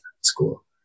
school